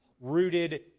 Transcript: rooted